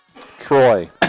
Troy